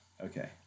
Okay